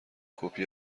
کپی